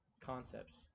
concepts